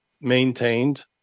maintained